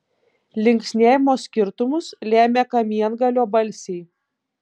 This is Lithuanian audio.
linksniavimo skirtumus lemia kamiengalio balsiai